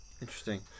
Interesting